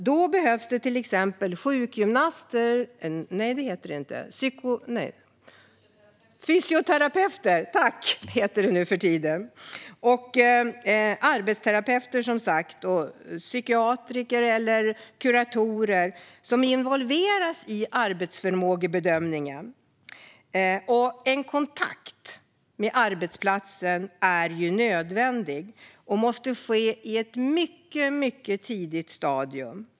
Då behövs till exempel fysioterapeuter, som det heter nu för tiden, arbetsterapeuter och psykiatrer eller kuratorer som involveras i arbetsförmågebedömningen. En kontakt med arbetsplatsen är nödvändig, och detta måste ske på ett mycket tidigt stadium.